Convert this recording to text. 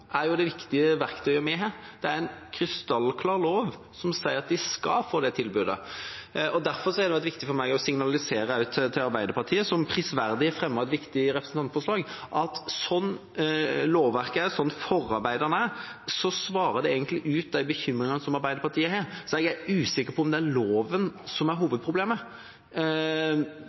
er jo det viktige verktøyet vi har: Det er en krystallklar lov som sier at de skal få det tilbudet. Derfor har det vært viktig for meg å signalisere også til Arbeiderpartiet, som prisverdig har fremmet et viktig representantforslag, at slik lovverket er, slik forarbeidene er, svarer det egentlig ut de bekymringene som Arbeiderpartiet har. Så jeg er usikker på om det er loven som er hovedproblemet.